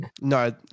No